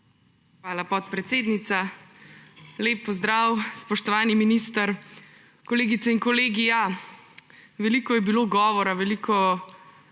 Hvala, podpredsednica. Lep pozdrav, spoštovani minister, kolegice in kolegi! Veliko je bilo govora, veliko